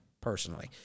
personally